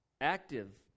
Active